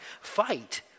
fight